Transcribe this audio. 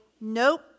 nope